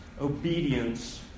obedience